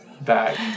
back